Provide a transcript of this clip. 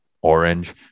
orange